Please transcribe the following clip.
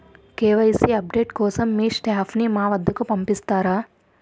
KYC update కోసం మీ staff ని మా వద్దకు పంపిస్తారా?